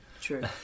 True